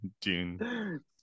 June